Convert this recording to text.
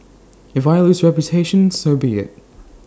if I lose reputation so be IT